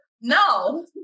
No